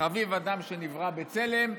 "חביב אדם שנברא בצלם"